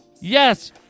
Yes